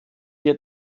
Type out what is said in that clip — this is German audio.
wir